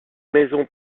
maison